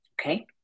Okay